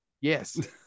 Yes